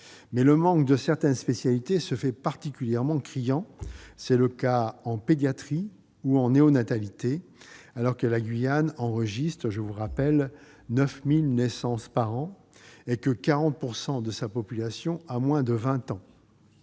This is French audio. fait, dans certaines spécialités, particulièrement criant. C'est le cas en pédiatrie et en néonatalité, alors que la Guyane enregistre 9 000 naissances par an et que 40 % de sa population a moins de vingt ans.